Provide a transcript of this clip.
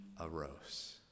arose